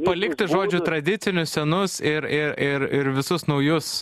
palikti žodžiu tradicinius senus ir ir ir ir visus naujus